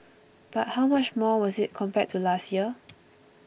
but how much more was it compared to last year